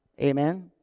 Amen